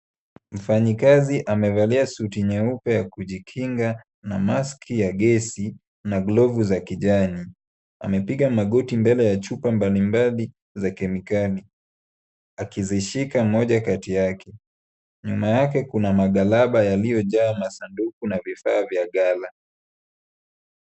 Mfanyikazi amevalia suti nyeupe kujikinga na mask ya gesi na glovu za kijani. Amepiga magoti mbele ya chupa mbali mbali za kemikali akizishika moja kati yake. Nyuma yake kuna maghalaba yaliyojaa masanduku na vifaa vya ghala.